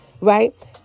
Right